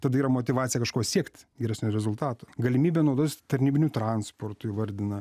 tada yra motyvacija kažko siekt geresnių rezultatų galimybę naudotis tarnybiniu transportu įvardina